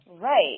Right